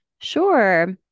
Sure